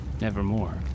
Nevermore